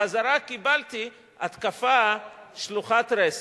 בחזרה קיבלתי התקפה שלוחת רסן.